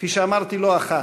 כפי שאמרתי לא אחת,